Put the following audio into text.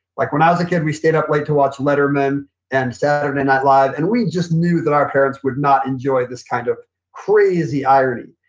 like when i was a kid we stayed up late to watch letterman and saturday night live and we just knew that our parents would not enjoy this kind of crazy irony.